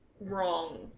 wrong